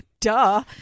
Duh